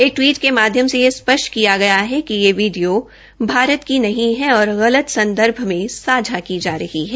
एक टवीट में माध्यम से यह स्पष्ट किया गया है कि यह वीडियो भारत की नहीं है और गलत संदर्भ में सांझा की जा रही है